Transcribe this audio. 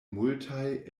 multaj